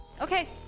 Okay